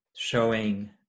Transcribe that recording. showing